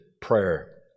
prayer